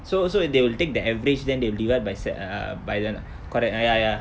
so so they will take the average then they'll divide by se~ ah by the correct ya ya ya